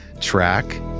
track